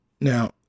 Now